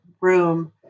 room